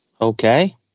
Okay